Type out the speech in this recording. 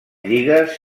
lligues